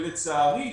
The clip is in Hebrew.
לצערי,